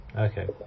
Okay